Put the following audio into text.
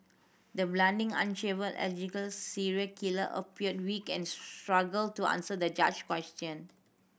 the balding unshaven serial killer appeared weak and struggled to answer the judge question